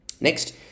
Next